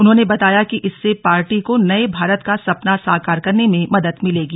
उन्होंने बताया कि इससे पार्टी को नए भारत का सपना साकार करने में मदद मिलेगी